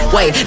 Wait